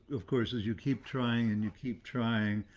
of course, is you keep trying, and you keep trying,